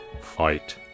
fight